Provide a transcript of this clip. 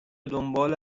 دنبال